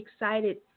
excited